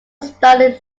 starred